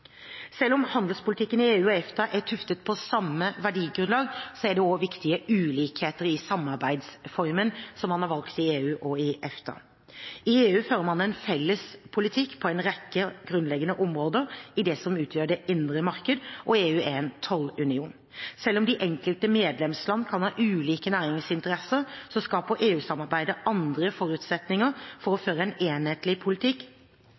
Selv om handelspolitikken i EU og EFTA er tuftet på samme verdigrunnlag, er det viktige ulikheter i samarbeidsformen man har valgt i EU og i EFTA. I EU fører man en felles politikk på en rekke grunnleggende områder i det som utgjør det indre marked, og EU er en tollunion. Selv om de enkelte medlemsland kan ha ulike næringsinteresser, skaper EU-samarbeidet andre forutsetninger for å føre en enhetlig politikk